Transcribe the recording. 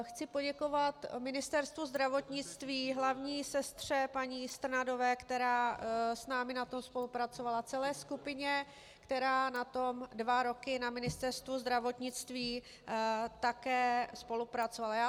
Chci poděkovat Ministerstvu zdravotnictví, hlavní sestře paní Strnadové, která s námi na tom spolupracovala, celé skupině, která na tom dva roky na Ministerstvu zdravotnictví také spolupracovala.